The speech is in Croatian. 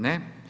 Ne.